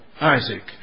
Isaac